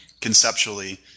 conceptually